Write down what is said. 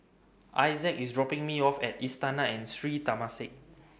Isaac IS dropping Me off At Istana and Sri Temasek